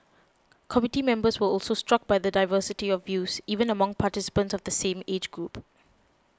committee members were also struck by the diversity of views even among participants of the same age group